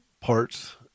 parts